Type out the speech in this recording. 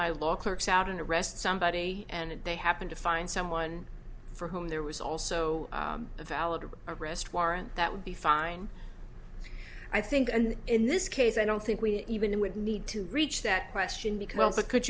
my law clerks out and arrest somebody and they happen to find someone for whom there was also a valid arrest warrant that would be fine i think and in this case i don't think we even would need to reach that question because it could